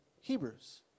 Hebrews